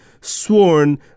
sworn